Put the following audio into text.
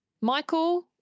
Michael